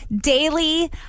daily